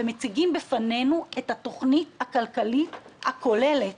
ומציגים בפנינו את התכנית הכלכלית הכוללת: